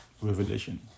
Revelation